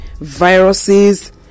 viruses